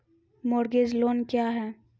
Mortgage loan क्या है?